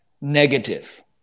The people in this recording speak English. negative